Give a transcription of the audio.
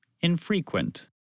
infrequent